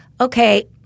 okay